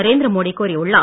நரேந்திர மோடி கூறியுள்ளார்